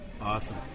awesome